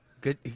Good